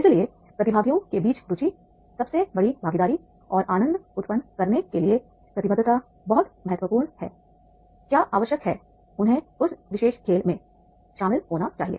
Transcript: इसलिए प्रतिभागियों के बीच रुचि सबसे बड़ी भागीदारी और आनंद उत्पन्न करने के लिए प्रतिबद्धता बहुत महत्वपूर्ण हैक्या आवश्यक है उन्हें उस विशेष खेल में शामिल होना चाहिए